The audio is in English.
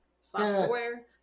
software